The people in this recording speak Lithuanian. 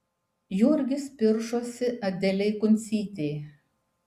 jurgis piršosi adelei kuncytei